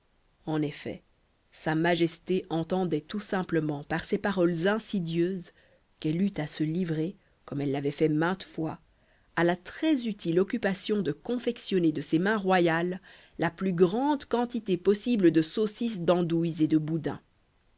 en effet sa majesté entendait tout simplement par ces paroles insidieuses qu'elle eût à se livrer comme elle l'avait fait maintes fois à la très utile occupation de confectionner de ses mains royales la plus grande quantité possible de saucisses d'andouilles et de boudins